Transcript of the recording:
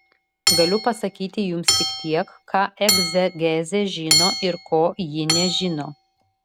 galiu pasakyti jums tik tiek ką egzegezė žino ir ko ji nežino